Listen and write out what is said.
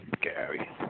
Gary